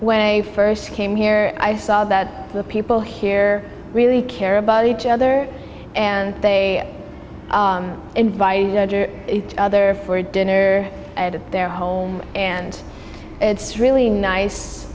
when i first came here i saw that the people here really care about each other and they invite each other for dinner at their home and it's really nice